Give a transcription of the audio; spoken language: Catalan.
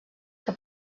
que